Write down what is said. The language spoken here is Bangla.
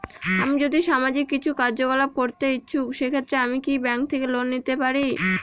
আমি যদি সামাজিক কিছু কার্যকলাপ করতে ইচ্ছুক সেক্ষেত্রে আমি কি ব্যাংক থেকে লোন পেতে পারি?